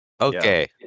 okay